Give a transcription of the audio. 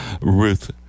ruth